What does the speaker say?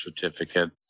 certificate